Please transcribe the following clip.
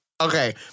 Okay